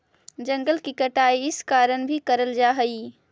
जंगल की कटाई इस कारण भी करल जा हई